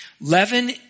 Leaven